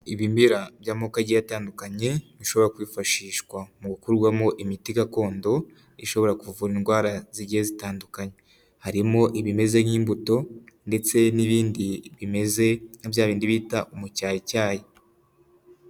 Ibimera by'amoko agiye atandukanye bishobora kwifashishwa mu gukurwamo imiti gakondo ishobora kuvura indwara zigiye zitandukanye harimo ibimeze nk'imbuto ndetse n'ibindi bimeze nka bya bindi bita mucyayi cyayi.